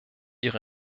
ihre